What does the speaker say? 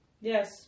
Yes